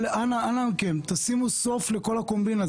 אנא מכם, שימו סוף לכל הקומבינה.